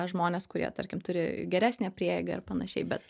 žmonės kurie tarkim turi geresnę prieigą ir panašiai bet